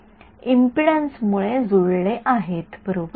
विद्यार्थीः एम्पीडन्स जुळले आहेत बरोबर